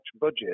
budget